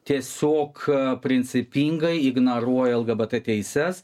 tiesiog principingai ignoruoja lgbt teises